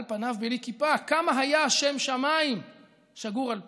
על פניו בלי כיפה, כמה היה שם שמיים שגור על פיו.